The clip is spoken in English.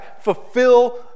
fulfill